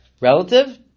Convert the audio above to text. relative